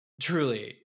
Truly